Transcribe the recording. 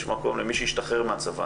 מי שהשתחרר מהצבא,